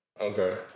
Okay